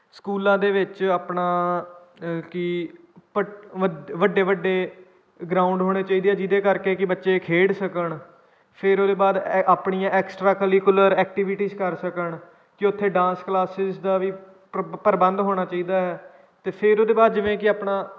ਸਕੂਲਾਂ ਦੇ ਵਿੱਚ ਆਪਣਾ ਕਿ ਵੱਡੇ ਵੱਡੇ ਗਰਾਊਂਡ ਹੋਣੇ ਚਾਹੀਦੇ ਆ ਜਿਹਦੇ ਕਰਕੇ ਕਿ ਬੱਚੇ ਖੇਡ ਸਕਣ ਫਿਰ ਉਹਦੇ ਬਾਅਦ ਐ ਆਪਣੀਆਂ ਐਕਸਟਰਾ ਕਲੀਕੂਲਰ ਐਕਟੀਵਿਟੀ ਕਰ ਸਕਣ ਕਿ ਉੱਥੇ ਡਾਂਸ ਕਲਾਸਿਜ ਦਾ ਵੀ ਪ੍ਰ ਪ੍ਰਬੰਧ ਹੋਣਾ ਚਾਹੀਦਾ ਹੈ ਅਤੇ ਫਿਰ ਉਹਦੇ ਬਾਅਦ ਜਿਵੇਂ ਕਿ ਆਪਣਾ